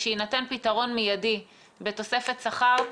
יינתן פתרון מיידי בתוספת שכר.